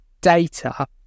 data